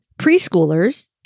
Preschoolers